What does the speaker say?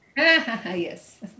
yes